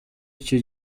icyo